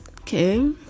Okay